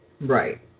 Right